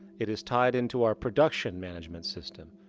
it is tied into our production management system,